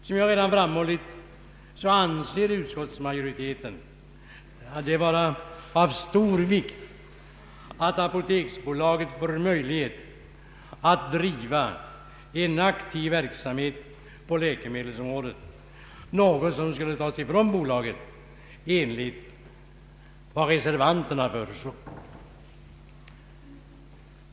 Som jag redan framhållit anser utskottsmajoriteten det vara av stor vikt att apoteksbolaget får möjlighet att driva en aktiv verksamhet på läkemedelsområdet, något som skulle tas ifrån bolaget enligt vad reservanterna föreslår.